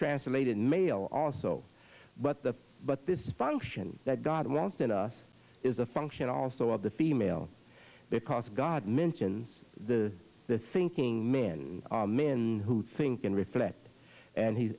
translated male also but the but this function that god wanted us is a function also of the female because god mentions the the thinking men men who think and reflect and he's